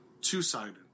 two-sided